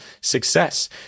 success